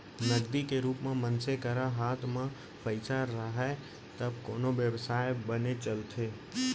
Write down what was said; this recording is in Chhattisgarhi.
नगदी के रुप म मनसे करा हात म पइसा राहय तब कोनो बेवसाय बने चलथे